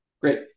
Great